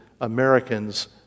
Americans